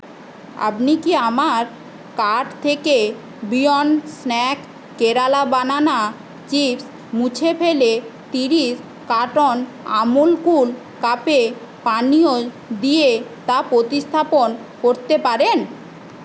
আপনি কি আমার কার্ট থেকে Beyond Snack Kerala banana chips মুছে ফেলে ত্রিশ কার্টন আমুল কুল কাফে পানীয় দিয়ে তা প্রতিস্থাপন করতে পারেন